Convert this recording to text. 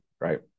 right